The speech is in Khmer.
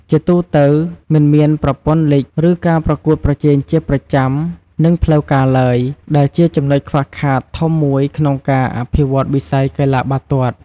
ជាទូទៅ មិនមានប្រព័ន្ធលីគ ឬការប្រកួតប្រជែងជាប្រចាំ និងផ្លូវការឡើយ ដែលជាចំណុចខ្វះខាតធំមួយក្នុងការអភិវឌ្ឍន៍វិស័យកីឡាបាល់ទាត់។